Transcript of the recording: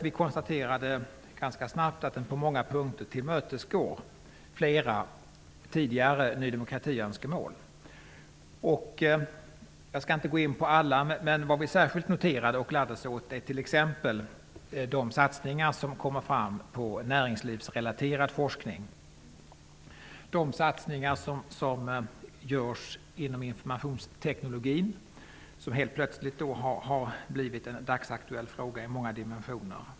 Vi konstaterade ganska snabbt att den på många punkter tillmötesgår flera tidigare önskemål från Ny demokrati. Jag skall inte gå in på allt, men vad vi särskilt noterade och gladdes åt är t.ex. de satsningar på näringslivsrelaterad forskning som kommer fram och de satsningar som görs inom informationsteknologin. Den har helt plötsligt blivit en dagsaktuell fråga i många dimensioner.